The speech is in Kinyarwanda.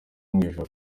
mwijuru